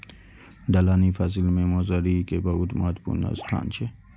दलहनी फसिल मे मौसरी के बहुत महत्वपूर्ण स्थान छै